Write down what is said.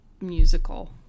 musical